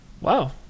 Wow